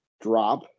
drop